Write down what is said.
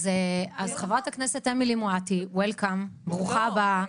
אז חברת הכנסת אמילי מואטי ברוכה הבאה.